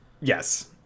yes